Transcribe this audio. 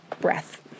Breath